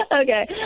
Okay